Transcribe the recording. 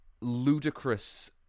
ludicrous